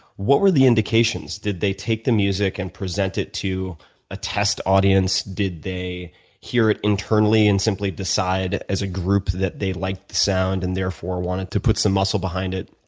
what were the indications? did they take the music and present it to a test audience? did they hear it internally and simply decide as a group that they liked the sound and therefore wanted to put some muscle behind it?